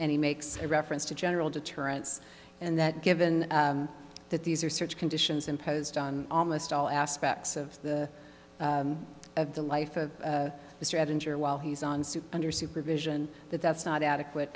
and he makes a reference to general deterrence and that given that these are search conditions imposed on almost all aspects of of the life of mr and injure while he's on soup under supervision that that's not adequate